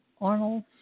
Arnold